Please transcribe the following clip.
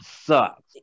sucks